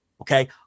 okay